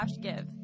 give